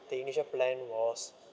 the initial plan was